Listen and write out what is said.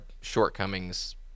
shortcomings